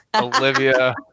Olivia